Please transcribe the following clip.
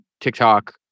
TikTok